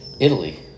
Italy